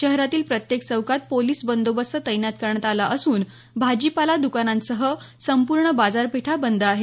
शहरातील प्रत्येक चौकात पोलीस बंदोबस्त तैनात करण्यात आला असून भाजीपाला दुकानांसह संपूर्ण बाजार पेठा बंद आहेत